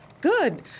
Good